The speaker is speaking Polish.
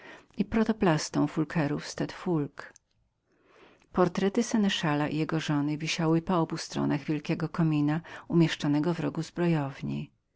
i protoplastą foulquierów z tte foulque portrety seneszala i jego żony wisiały po obu stronach wielkiego komina umieszczonego w rogu zbrojowni